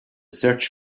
search